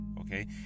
okay